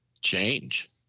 change